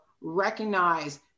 recognize